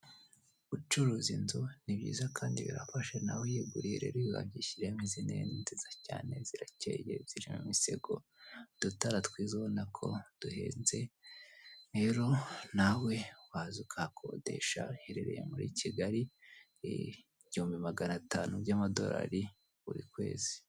Gucuruza inzu ni byiza kandi birafasha nawe uyiguriye wazishyiremo izi ntebe ni nziza cyane zirakeye ziri m'imisego, udutara twiza ubona ko duhenze rero nawe waza ukayikodesha muri kigali, igihumbi magana atanu by'amadolari buri kwezi.